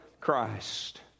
Christ